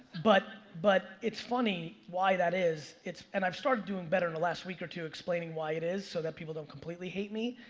but but it's funny why that is and i've started doing better in the last week or two, explaining why it is so that people don't completely hate me,